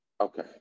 Okay